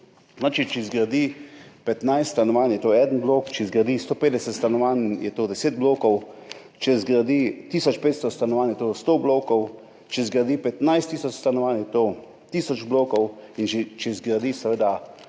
stanovanj, če zgradi 15 stanovanj, je to en blok, če zgradi 150 stanovanj, je to deset blokov, če zgradi tisoč 500 stanovanj, je to sto blokov, če zgradi 15 tisoč stanovanj, je to tisoč blokov in če zgradi seveda